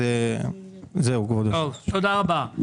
תודה רבה.